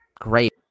great